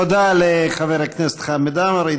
תודה לחבר הכנסת חמד עמאר.